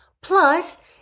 Plus